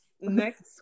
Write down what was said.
next